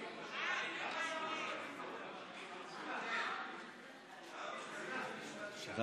שר